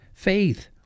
faith